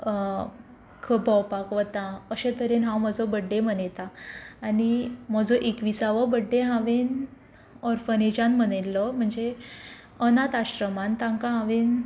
खंय भोंवपाक वतां अशें तरेन हांव म्हजो बड्डे मनयतां आनी म्हजो एकवीसावो बड्डे हांवेन ऑर्फनेजान मनयल्लो म्हणचे अनाथ आश्रमांत तांकां हांवेन